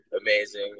amazing